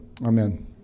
Amen